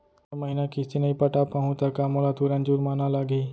मैं ए महीना किस्ती नई पटा पाहू त का मोला तुरंत जुर्माना लागही?